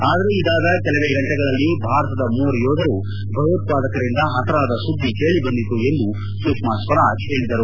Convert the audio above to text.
ಆದರೆ ಇದಾದ ಕೆಲವೇ ಫಂಟೆಗಳಲ್ಲಿ ಭಾರತದ ಮೂವರು ಯೋಧರು ಭಯೋತ್ಪಾದಕರಿಂದ ಹತರಾದ ಸುದ್ದಿ ಕೇಳಿ ಬಂದಿತು ಎಂದು ಸುಷ್ನಾ ಸ್ವರಾಜ್ ಹೇಳಿದರು